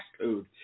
code